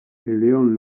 león